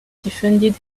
defended